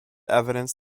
evidence